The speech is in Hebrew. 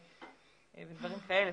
ודברים כאלה.